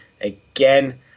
again